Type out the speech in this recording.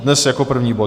Dnes jako první bod.